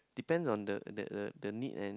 depends on the that the need and